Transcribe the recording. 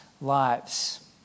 lives